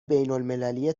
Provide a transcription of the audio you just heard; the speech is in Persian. بینالمللی